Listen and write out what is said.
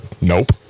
Nope